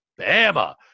Bama